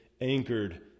anchored